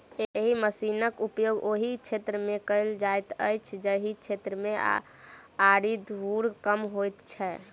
एहि मशीनक उपयोग ओहि क्षेत्र मे कयल जाइत अछि जाहि क्षेत्र मे आरि धूर कम होइत छै